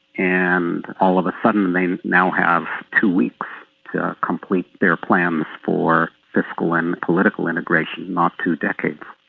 and all of a sudden they now have two weeks to complete their plans for fiscal and political integration, not two decades.